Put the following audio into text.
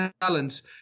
talents